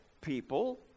people